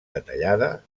detallada